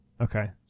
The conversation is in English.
Okay